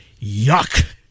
yuck